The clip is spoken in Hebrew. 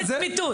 לצמיתות.